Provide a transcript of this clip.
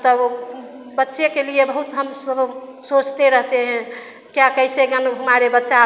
तब बच्चे के लिए बहुत हम सब सोचते रहते हैं क्या कइसे हमारे बच्चा